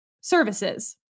services